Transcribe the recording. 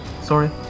Sorry